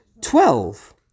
twelve